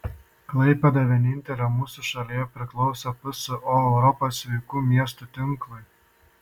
klaipėda vienintelė mūsų šalyje priklauso pso europos sveikų miestų tinklui